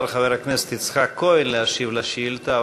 חבר הכנסת יצחק כהן להשיב על שאילתה,